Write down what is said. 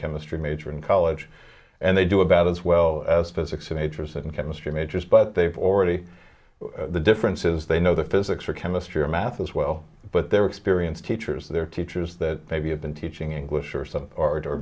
chemistry major in college and they do about as well as physics and interested in chemistry majors but they've already the difference is they know the physics or chemistry or math as well but their experience teachers their teachers that they've been teaching english or some art or